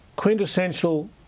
quintessential